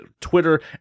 Twitter